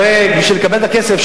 הרי בשביל לקבל את הכסף,